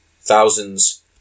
thousands